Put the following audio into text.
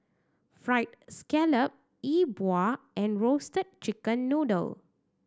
Fried Scallop Yi Bua and Roasted Chicken Noodle